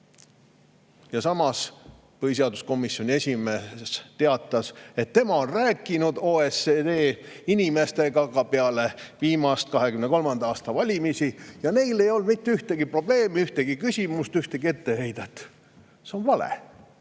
teatas põhiseaduskomisjoni esimees, et tema on rääkinud OECD inimestega ka peale viimaseid, 2023. aasta valimisi, ja neil ei olnud mitte ühtegi probleemi, ühtegi küsimust, ühtegi etteheidet. See on vale.